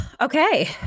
okay